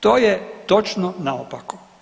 To je točno naopako.